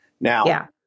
Now